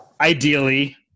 ideally